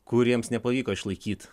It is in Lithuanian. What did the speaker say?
kuriems nepavyko išlaikyt